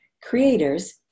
creators